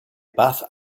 bath